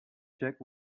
check